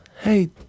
Hey